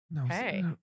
Okay